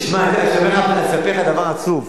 תשמע, אני אספר לך דבר עצוב.